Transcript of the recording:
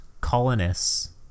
colonists